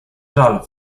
żal